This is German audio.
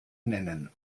nennen